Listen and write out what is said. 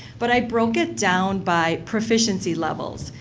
but i broke it down by proficiency levels.